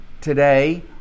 today